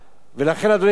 לכן, אדוני היושב-ראש,